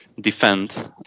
defend